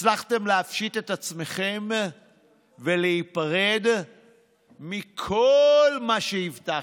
הצלחתם להפשיט את עצמכם ולהיפרד מכל מה שהבטחתם.